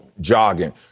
jogging